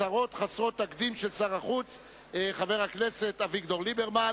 הצהרות חסרות תקדים של שר החוץ אביגדור ליברמן,